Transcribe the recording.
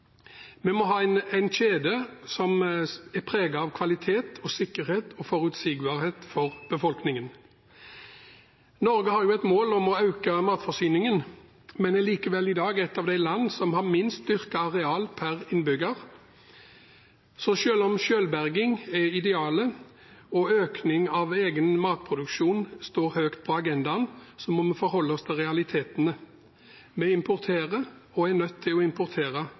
Vi må ha en kjede som er preget av kvalitet, sikkerhet og forutsigbarhet for befolkningen. Norge har jo et mål om å øke matforsyningen, men er likevel i dag et av de land som har minst dyrket areal per innbygger. Så selv om selvberging er idealet og økning av egen matproduksjon står høyt på agendaen, må vi forholde oss til realitetene. Vi importerer og er nødt til å importere